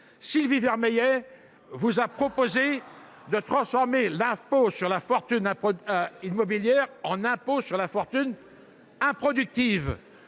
Sylvie Vermeillet vous a proposé de transformer l’impôt sur la fortune immobilière en impôt sur la fortune improductive.